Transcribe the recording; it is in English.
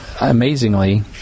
amazingly